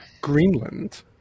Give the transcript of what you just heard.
Greenland